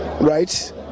right